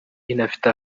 inafite